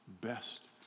best